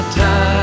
time